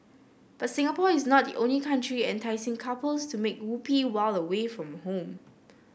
but Singapore is not the only country enticing couples to make whoopee while away from home